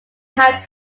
have